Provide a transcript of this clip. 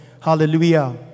Hallelujah